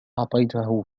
أعطيته